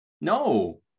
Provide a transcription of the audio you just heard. No